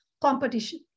competition